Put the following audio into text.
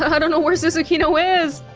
i don't know where susukino is